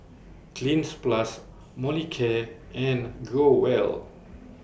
Cleanz Plus Molicare and Growell